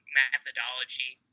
methodology